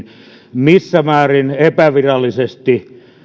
missä määrin epävirallisesti